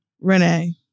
Renee